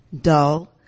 dull